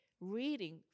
reading